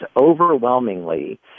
overwhelmingly